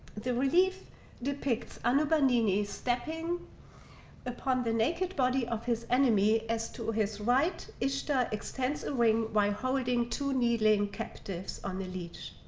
the relief depicts anubanini stepping upon the naked body of his enemy. as to his right, ishtar extends a ring while holding two kneeling captives on a leash.